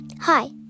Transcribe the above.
Hi